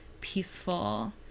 peaceful